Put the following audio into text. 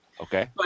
Okay